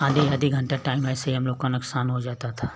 आधे आधे घंटा टाइम ऐसे हम लोग का नुकसान हो जाता था